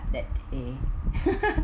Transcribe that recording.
that day